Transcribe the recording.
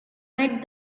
met